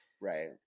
right